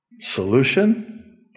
Solution